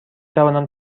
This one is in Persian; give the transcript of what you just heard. توانم